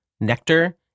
nectar